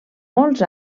molts